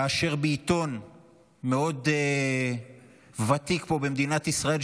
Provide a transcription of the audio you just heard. כאשר בעיתון ותיק מאוד פה במדינת ישראל,